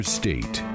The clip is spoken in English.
state